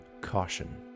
Caution